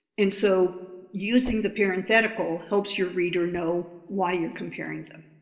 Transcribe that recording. and so using the parenthetical helps your reader know why you're comparing them.